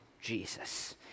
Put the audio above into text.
Jesus